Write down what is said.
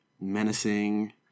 menacing